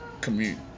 commute